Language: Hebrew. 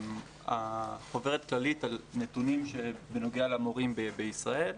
החוברת כללית על נתונים בנוגע למורים בישראל.